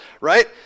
right